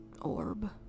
orb